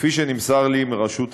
כפי שנמסר לי מרשות המים,